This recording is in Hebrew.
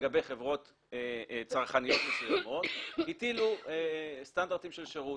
לגבי חברות צרכניות מסוימות הטילו סטנדרטים של שירות.